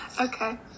Okay